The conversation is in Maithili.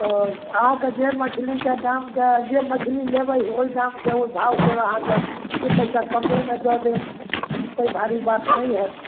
तऽ अहाँके जे मछलीके दामके जे मछली लेबै ओहि दामके ओहि भावसँ अहाँके दुइ पइसा कमेमे दऽ देब ई कोइ भारी बात नहि हइ